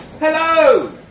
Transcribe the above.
Hello